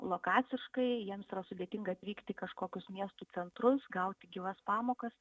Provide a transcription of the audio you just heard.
lokaciškai jiems yra sudėtinga atvykti į kažkokius miestų centrus gauti gyvas pamokas